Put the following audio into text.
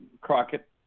Crockett